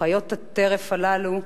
חיות הטרף הללו,